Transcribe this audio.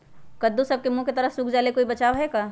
कददु सब के मुँह के तरह से सुख जाले कोई बचाव है का?